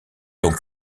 donc